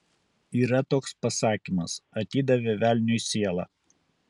yra toks pasakymas atidavė velniui sielą